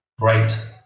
great